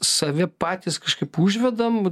save patys kažkaip užvedam